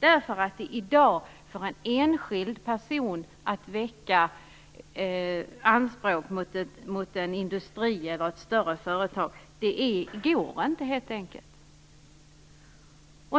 En enskild person kan i dag helt enkelt inte väcka anspråk mot en industri eller ett annat större företag. Inte heller